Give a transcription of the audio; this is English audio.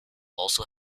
also